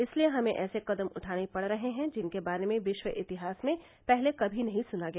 इसलिए हमें ऐसे कदम उठाने पड़ रहे हैं जिनके बारे में विश्व इतिहास में पहले कभी नहीं सुना गया